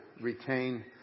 retain